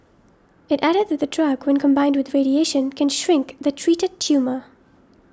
it added that the drug when combined with radiation can shrink the treated tumour